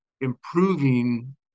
improving